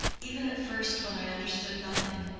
even at first when i understood nothing,